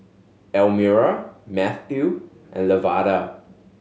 Elmira Matthew and Lavada